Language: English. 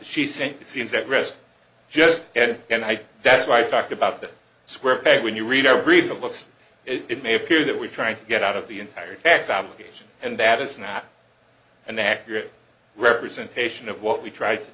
she sent it seems that rest just and i think that's why talk about the square peg when you read everything looks it may appear that we're trying to get out of the entire tax obligation and that is snap and accurate representation of what we try to